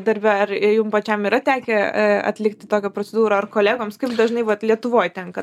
darbe ar ir jum pačiam yra tekę atlikti tokią procedūrą ar kolegoms kaip dažnai vat lietuvoj tenka